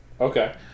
Okay